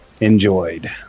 enjoyed